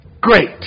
Great